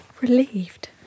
relieved